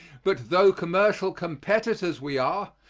but tho commercial competitors we are,